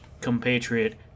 compatriot